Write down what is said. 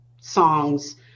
songs